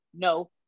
No